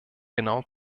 genau